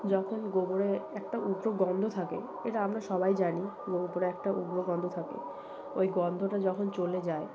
যখন গোবরে একটা উগ্র গন্ধ থাকে এটা আমরা সবাই জানি গোবরে একটা উগ্র গন্ধ থাকে ওই গন্ধটা যখন চলে যায়